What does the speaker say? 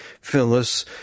Phyllis